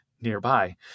nearby